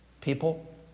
people